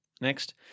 Next